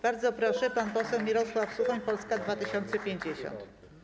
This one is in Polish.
Bardzo proszę, pan poseł Mirosław Suchoń, Polska 2050.